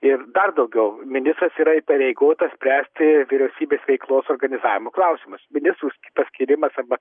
ir dar daugiau ministras yra įpareigotas spręsti vyriausybės veiklos organizavimo klausimus ministrų paskyrimas arba